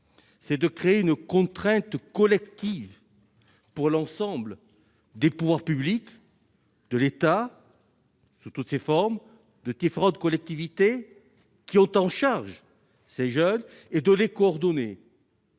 est de créer une contrainte collective pour l'ensemble des pouvoirs publics, à savoir l'État sous toutes ses formes et les différentes collectivités qui ont la charge de ces jeunes, afin de coordonner